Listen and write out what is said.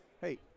Hey